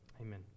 amen